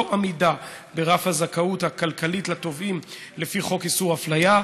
עמידה ברף הזכאות הכלכלית לתובעים לפי חוק איסור אפליה.